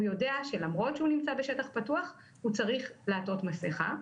הוא יודע שלמרות שהוא נמצא בשטח פתוח הוא צריך לעטות מסכה,